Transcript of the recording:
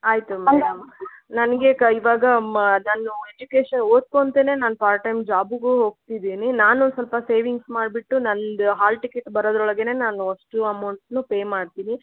ಆಯಿತು ಮೇಡಮ್ ನನಗೆ ಕ ಇವಾಗ ಮಾ ನಾನು ಎಜುಕೇಶನ್ ಓದ್ಕೊಳ್ತಾನೇ ನಾನು ಪಾರ್ಟ್ ಟೈಮ್ ಜಾಬುಗೂ ಹೋಗ್ತಿದಿನಿ ನಾನು ಸ್ವಲ್ಪ ಸೇವಿಂಗ್ಸ್ ಮಾಡ್ಬಿಟ್ಟು ನಂದು ಹಾಲ್ ಟಿಕೆಟ್ ಬರೋದರೊಳಗೇನೆ ನಾನು ಅಷ್ಟು ಅಮೌಂಟ್ನು ಪೇ ಮಾಡ್ತೀನಿ